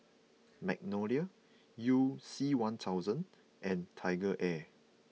Magnolia you C one thousand and TigerAir